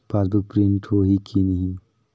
Passbook print होही कि नहीं?